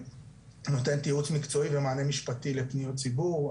נותנת ייעוץ מקצועי ומענה משפטי לפניות ציבור.